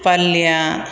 ಪಲ್ಯ